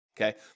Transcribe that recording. Okay